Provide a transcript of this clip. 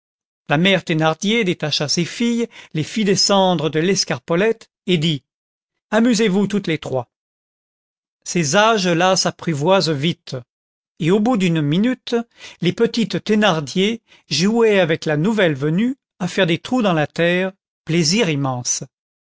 la mère thénardier détacha ses filles les fit descendre de l'escarpolette et dit amusez-vous toutes les trois ces âges là s'apprivoisent vite et au bout d'une minute les petites thénardier jouaient avec la nouvelle venue à faire des trous dans la terre plaisir immense